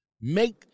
Make